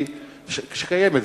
שקיימת,